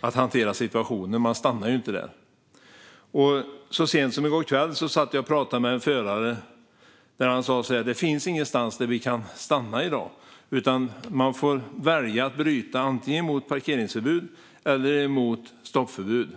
att hantera situationen, med det läge som är: De stannar inte där. Så sent som i går kväll satt jag och pratade med en förare. Han sa: "Det finns ingenstans där vi kan stanna i dag, utan man får välja att bryta antingen mot parkeringsförbud eller mot stoppförbud.